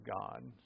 God